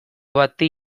bati